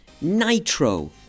Nitro